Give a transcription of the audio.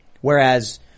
whereas